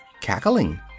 cackling